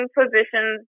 positions